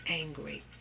angry